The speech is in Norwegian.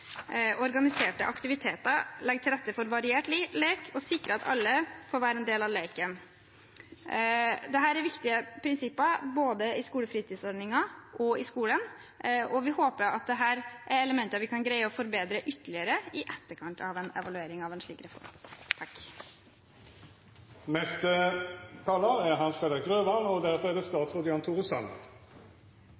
Organiserte aktiviteter legger til rette for variert lek og sikrer at alle får være en del av leken. Dette er viktige prinsipper både i skolefritidsordningen og i skolen, og vi håper at dette er elementer vi kan greie å forbedre ytterligere i etterkant av en evaluering av en slik reform. Vi skriver kanskje et lite stykke skolehistorie gjennom dagens vedtak om evaluering av seksårsreformen. Etter forslag fra Senterpartiet og Kristelig Folkeparti er det